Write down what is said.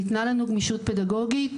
ניתנה לנו גמישות פדגוגית,